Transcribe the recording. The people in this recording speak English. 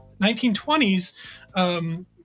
1920s